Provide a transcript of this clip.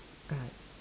right